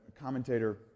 commentator